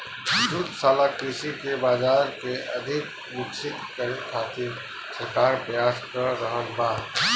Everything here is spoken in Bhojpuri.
दुग्धशाला कृषि के बाजार के अधिक विकसित करे खातिर सरकार प्रयास क रहल बा